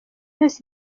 yose